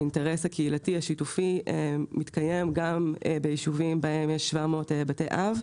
האינטרס הקהילתי השיתופי מתקיים גם ביישובים בהם יש 700 בתי אב.